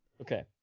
Okay